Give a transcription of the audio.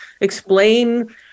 explain